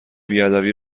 بیادبی